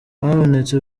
habonetse